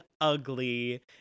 ugly